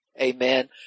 Amen